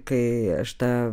kai aš tą